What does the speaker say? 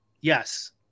yes